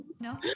No